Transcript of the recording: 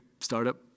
startup